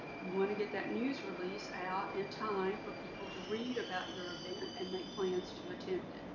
you want to get that news release out in time for people to read about your event and make plans to attend it.